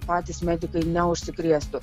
patys medikai neužsikrėstų